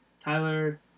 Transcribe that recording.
Tyler